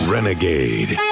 Renegade